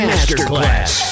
Masterclass